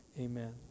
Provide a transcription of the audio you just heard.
Amen